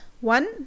one